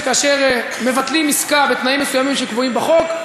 כאשר מבטלים עסקה בתנאים מסוימים שקבועים בחוק,